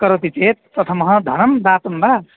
करोति चेत् प्रथमः धनं दातुं वा